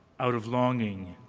out of longing,